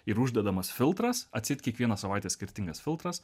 ir uždedamas filtras atseit kiekvieną savaitę skirtingas filtras